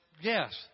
yes